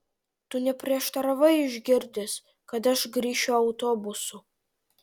tu neprieštaravai išgirdęs kad aš grįšiu autobusu